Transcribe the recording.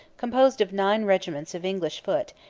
composed of nine regiments of english foot,